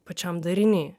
pačiam dariny